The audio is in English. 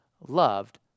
loved